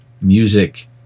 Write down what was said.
music